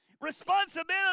Responsibility